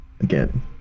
Again